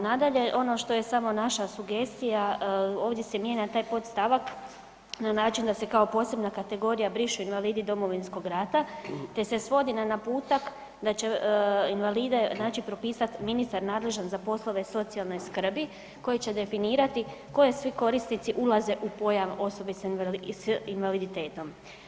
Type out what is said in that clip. Nadalje, ono što je samo naša sugestija, ovdje se mijenja taj podstavak na način da se kao posebna kategorija briše „invalidi domovinskog rata“, te se svodi na naputak da će invalide, znači propisat ministar nadležan za poslove socijalne skrbi koji će definirati koje svi korisnici ulaze u pojam „osobe s invaliditetom“